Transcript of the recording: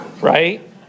right